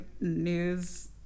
news